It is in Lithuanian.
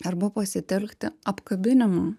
arba pasitelkti apkabinimų